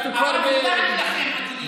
אנחנו כבר בגלישה, אבל הודענו לכם, אדוני.